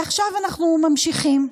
עכשיו אנחנו ממשיכים.